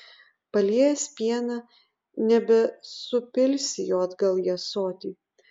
paliejęs pieną nebesupilsi jo atgal į ąsotį